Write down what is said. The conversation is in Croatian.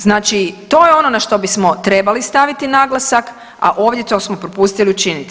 Znači to je ono na što bismo trebali staviti naglasak, a ovdje to smo propustili učiniti.